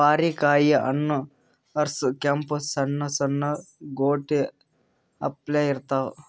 ಬಾರಿಕಾಯಿ ಹಣ್ಣ್ ಹಸ್ರ್ ಕೆಂಪ್ ಸಣ್ಣು ಸಣ್ಣು ಗೋಟಿ ಅಪ್ಲೆ ಇರ್ತವ್